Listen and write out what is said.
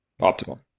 optimal